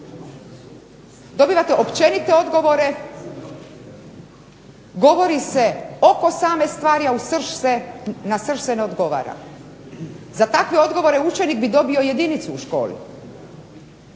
Dobivate općenite odgovore, govori se oko same stvari, a u srž se, na srž se ne odgovara. Za takve odgovore učenik bi dobio jedinicu u školi,